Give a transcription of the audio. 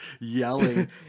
yelling